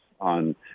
on